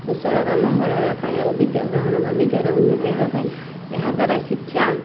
କୁଶଳ ବା ମଙ୍ଗଳ ହେବାପାଇଁ ଓ ବିଦ୍ୟାଗ୍ରହଣ ବା ବିଦ୍ୟାର ଉନ୍ନତି ହେବାପାଇଁ ଏହାଦ୍ୱାରା ଶିକ୍ଷା